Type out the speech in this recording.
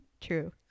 True